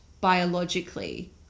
biologically